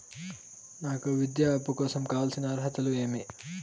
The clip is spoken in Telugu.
నాకు విద్యా అప్పు కోసం కావాల్సిన అర్హతలు ఏమి?